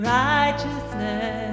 righteousness